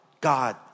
God